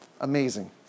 Amazing